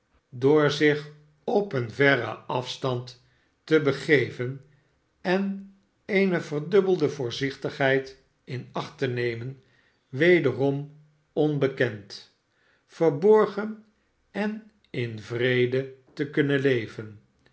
door zich opeenverren afstand te begeven en eene verdubbelde voorzichtigheid in acht te nemen wederom onbekend verborgen en in vrede te kunnen leven